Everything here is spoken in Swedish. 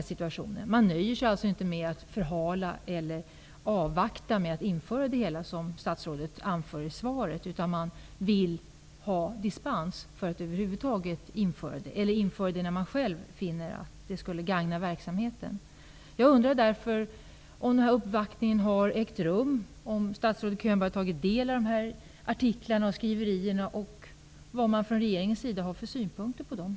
Man nöjer sig alltså inte med att förhala eller avvakta med att införa det hela, som statsrådet anför i svaret, utan man vill ha dispens för att införa det när man själv finner att det skulle gagna verksamheten. Jag undrar om uppvaktningen har ägt rum, om statsrådet Könberg har tagit del av artiklarna och skriverierna samt vilka synpunkter regeringen har på detta.